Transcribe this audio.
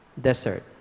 desert